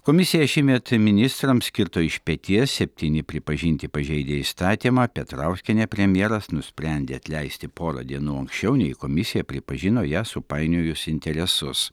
komisija šiemet ministrams kirto iš peties septyni pripažinti pažeidę įstatymą petrauskienę premjeras nusprendė atleisti pora dienų anksčiau nei komisija pripažino ją supainiojus interesus